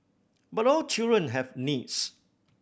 but all children have needs